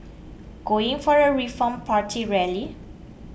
going for a Reform Party rally